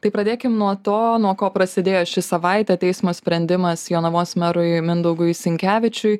tai pradėkim nuo to nuo ko prasidėjo ši savaitė teismo sprendimas jonavos merui mindaugui sinkevičiui